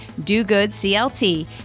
DoGoodCLT